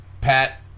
Pat